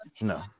No